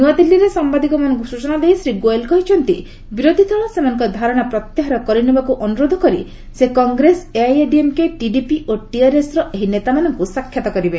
ନୃଆଦିଲ୍ଲୀରେ ସାମ୍ବାଦିକମାନଙ୍କୁ ସୂଚନା ଦେଇ ଶ୍ରୀ ଗୋୟଲ୍ କହିଛନ୍ତି ବିରୋଧିଦଳ ସେମାନଙ୍କ ଧାରଣା ପ୍ରତ୍ୟାହାର କରିନେବାକୁ ଅନୁରୋଧ କରି ସେ କଂଗ୍ରେସ ଏଆଇଏଡିଏମକେ ଟିଡିପି ଓ ଟିଆରଏସ୍ ର ଏହି ନେତାମାନଙ୍କୁ ସାକ୍ଷାତ କରିବେ